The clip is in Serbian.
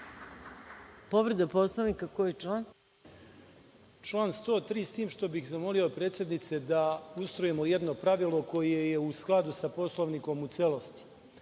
povreda Poslovnika. **Neđo Jovanović** Član 103. S tim što bih zamolio, predsednice, da ustrojimo jedno pravilo koje je u skladu sa Poslovnikom u celosti,